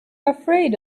afraid